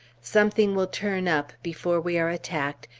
something will turn up before we are attacked,